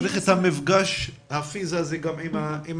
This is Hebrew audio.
צריך גם לראות האם